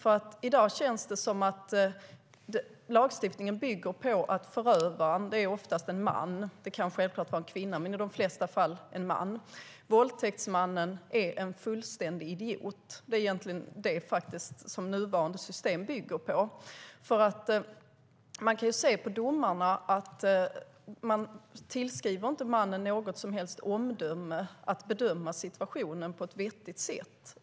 I dag känns det som att lagstiftningen bygger på att våldtäktsmannen - det kan självklart vara en kvinna, men i de flesta fall är det en man - är en fullständig idiot. Det är egentligen det som nuvarande system bygger på. Man kan se på domarna att mannen inte tillskrivs något som helst omdöme när det gäller att bedöma situationen på ett vettigt sätt.